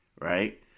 right